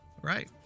Right